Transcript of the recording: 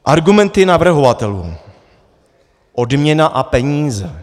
Argumenty navrhovatelů odměna a peníze.